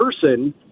person